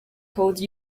code